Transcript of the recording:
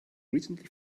recently